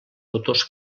autors